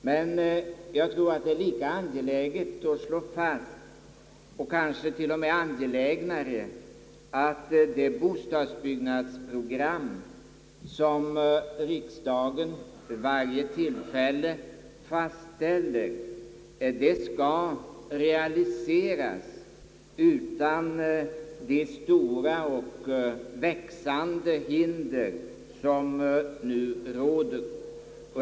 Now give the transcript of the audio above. Men jag tror att det är lika angeläget att slå fast — kanske t.o.m. angelägnare — att det bostadsbyggnadsprogram som riksdagen vid varje tillfälle fastställer skall realiseras utan de stora och växande hinder som nu reses.